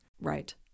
Right